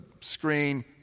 screen